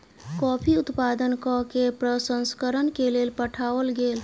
coffee उत्पादन कय के प्रसंस्करण के लेल पठाओल गेल